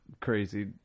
crazy